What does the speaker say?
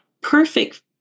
perfect